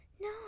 No